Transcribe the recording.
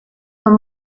son